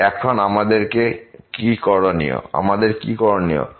তাই এখন আমাদের কি করনীয়